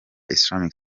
islamic